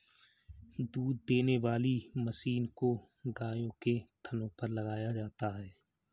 दूध देने वाली मशीन को गायों के थनों पर लगाया जाता है